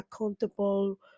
accountable